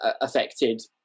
affected